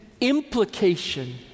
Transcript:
implication